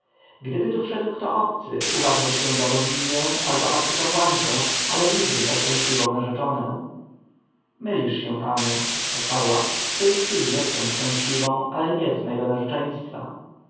gdyby tu wszedł kto obcy uważałby cię za boginię albo arcykapłankę ale nigdy za szczęśliwą narzeczoną mylisz się panie odparła w tej chwili jestem szczęśliwą ale nie z mego narzeczeństwa